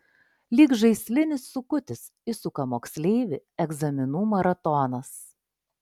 lyg žaislinis sukutis įsuka moksleivį egzaminų maratonas